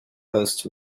host